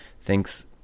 thinks